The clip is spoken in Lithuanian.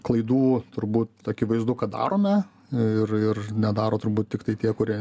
klaidų turbūt akivaizdu kad darome ir ir nedaro turbūt tiktai tie kurie